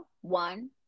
one